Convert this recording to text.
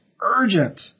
urgent